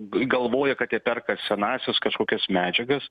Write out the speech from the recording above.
galvoja kad jie perka senąsias kažkokias medžiagas